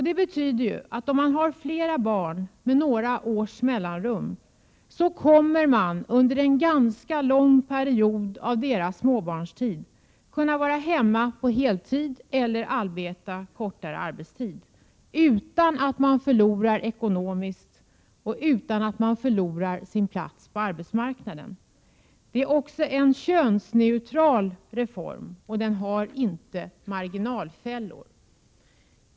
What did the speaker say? Det betyder ju att om man har flera barn med några års mellanrum, kommer man under en ganska lång period av deras småbarnstid att kunna vara hemma på heltid eller arbeta kortare arbetstid utan att förlora ekonomiskt och utan att förlora sin plats på arbetsmarknaden. Det är också en könsneutral reform, och den har inga marginalfällor.